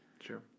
Sure